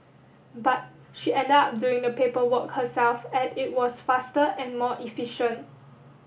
but she ended up doing the paperwork herself at it was faster and more efficient